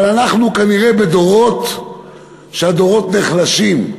אבל אנחנו כנראה בזמנים שהדורות נחלשים.